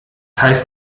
heißt